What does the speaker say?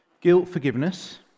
Guilt-forgiveness